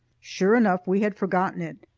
sure enough we had forgotten it,